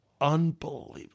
Unbelievable